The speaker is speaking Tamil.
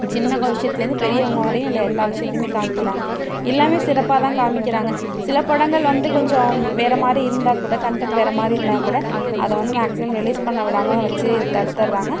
சின்ன கொ விஷயத்துலேந்து பெரியவங்க வரையும் அதில் எல்லா விஷயத்தையுமே காமிக்கிறாங்க எல்லாமே சிறப்பாக தான் காமிக்கிறாங்க சில படங்கள் வந்து கொஞ்சம் வேறு மாதிரி இருந்தால் கூட கன்டெண்ட் வேறு மாதிரி இருந்தால் கூட அதை வந்து மேக்ஸிமம் ரிலீஸ் பண்ண விடாமல் வச்சு தடுத்துட்டுறாங்க